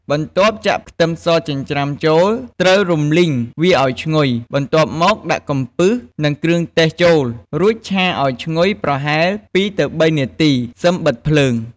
បន្ទាប់ចាក់ខ្ទឹមសចិញ្រ្ចាំចូល ត្រូវរំលីងវាឱ្យឈ្ងុយ បន្ទាប់មកដាក់កំពឹស និងគ្រឿងទេសចូល រួចឆាឱ្យឈ្ងុយប្រហែល 2–3 នាទី សិមបិទភ្លើង។